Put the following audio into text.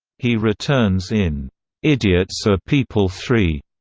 he returns in idiots are people three!